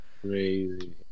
crazy